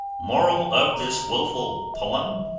moral of this woful poem